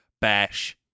Bash